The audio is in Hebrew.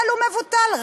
בטל ומבוטל.